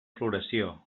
floració